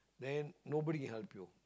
then nobody can help you